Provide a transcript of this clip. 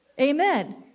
Amen